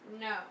No